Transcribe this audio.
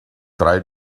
try